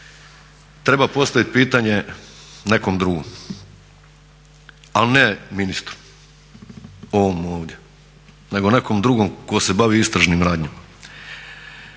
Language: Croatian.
treba postaviti pitanje nekom drugo, ali ne ministru ovom ovdje, nego nekom drugom tko se bavi istražnim radnjama.